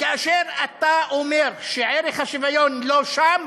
וכאשר אתה אומר שערך השוויון לא שם,